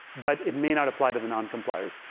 but it may not apply to the non-compliers.